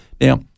Now